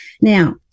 Now